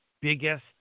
biggest